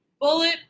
Bullet